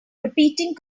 repeating